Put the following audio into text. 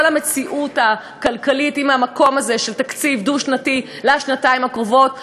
כל המציאות הכלכלית מהמקום הזה של תקציב דו-שנתי לשנתיים הקרובות,